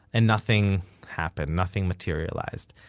and nothing happened, nothing materialized.